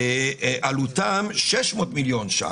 הוא 600 מיליון ₪,